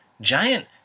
giant